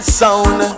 sound